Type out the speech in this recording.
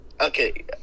Okay